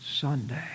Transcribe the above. Sunday